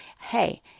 hey